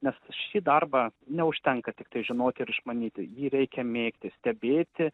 nes šį darbą neužtenka tiktai žinoti ir išmanyti jį reikia mėgti stebėti